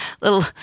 Little